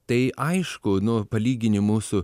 tai aišku nu palygini mūsų